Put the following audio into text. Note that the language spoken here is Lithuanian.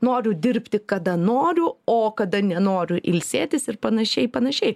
noriu dirbti kada noriu o kada nenoriu ilsėtis ir panašiai panašiai